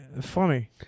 Funny